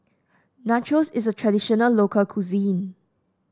nachos is a traditional local cuisine